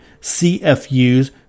CFUs